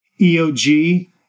EOG